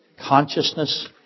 Consciousness